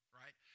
right